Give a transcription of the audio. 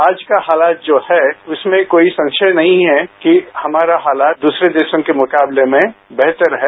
आज का हालात जो है उसमें कोई संशय नहीं है कि हमारा हालात दूसरे देशों के मुकाबले में बेहतर है